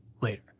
later